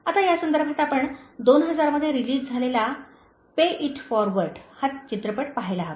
आता या संदर्भात आपण 2000 मध्ये रिलीज झालेला pay it forward "Pay It Forward" हा चित्रपट पहायला हवा